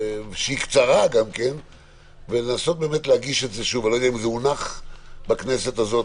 שהיא קצרה - לנסות להגיש את זה שוב איני יודע אם זה הונח בכנסת הזאת.